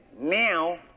Now